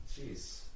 Jeez